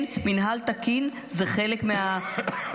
כן, מינהל תקין זה חלק מהדמוקרטיה.